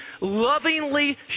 lovingly